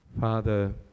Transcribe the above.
Father